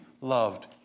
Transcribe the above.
loved